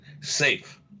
safe